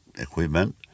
equipment